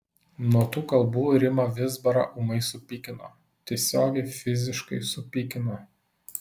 nuo tų kalbų rimą vizbarą ūmai supykino tiesiogiai fiziškai supykino